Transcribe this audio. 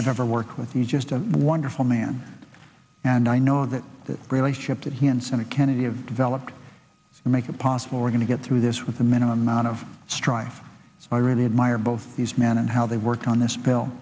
i've ever worked with you just a wonderful man and i know that the relationship that he and senator kennedy of developed and make it possible we're going to get through this with a minimum amount of strife and i really admire both these men and how they work on this bill